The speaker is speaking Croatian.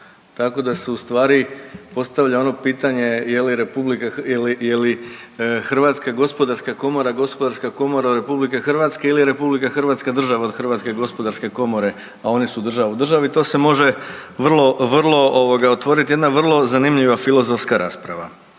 Tako da se u stvari postavlja ono pitanje je li Hrvatska gospodarska komora gospodarska komora RH ili je RH država od Hrvatske gospodarske komore, a one su država u državi. To se može vrlo, vrlo otvoriti jedna vrlo zanimljiva filozofska rasprava.